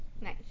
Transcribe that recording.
Nice